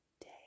day